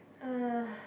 uh